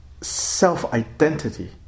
self-identity